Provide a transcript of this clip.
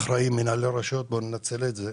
לאחראים ברשויות ולכן בואו ננצל את זה.